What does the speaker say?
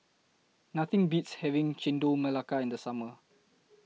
Nothing Beats having Chendol Melaka in The Summer